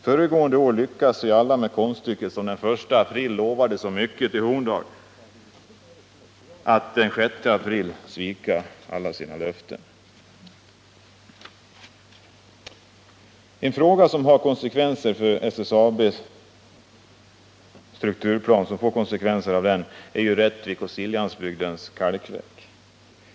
Föregående år lyckades ju alla som den 1 april lovade så mycket med konststycket att den 6 april svika alla sina löften. 31 SSAB:s strukturplan får konsekvenser också för Rättvik och Siljansbygdens kalkverk.